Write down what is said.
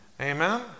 Amen